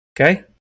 Okay